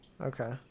Okay